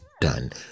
done